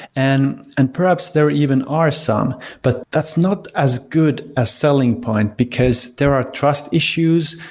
and and perhaps there even are some, but that's not as good as selling point, because there are trust issues.